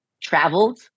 traveled